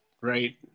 right